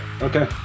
Okay